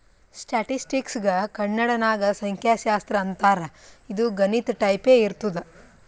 ಸ್ಟ್ಯಾಟಿಸ್ಟಿಕ್ಸ್ಗ ಕನ್ನಡ ನಾಗ್ ಸಂಖ್ಯಾಶಾಸ್ತ್ರ ಅಂತಾರ್ ಇದು ಗಣಿತ ಟೈಪೆ ಇರ್ತುದ್